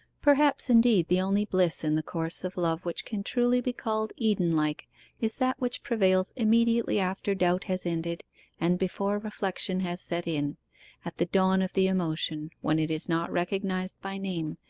perhaps, indeed, the only bliss in the course of love which can truly be called eden-like is that which prevails immediately after doubt has ended and before reflection has set in at the dawn of the emotion, when it is not recognized by name,